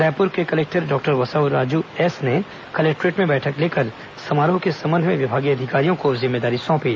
Raipur collector doctor Basavaraju S ने collectorate में बैठक लेकर समारोह के संबंध में विभागीय अधिकारियों को जिम्मेदारी सौंपी